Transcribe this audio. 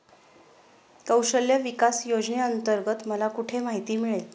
कौशल्य विकास योजनेअंतर्गत मला कुठे माहिती मिळेल?